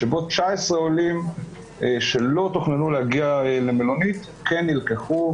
שבו 19 עולים שלא תוכננו להגיע למלונית כן נלקחו.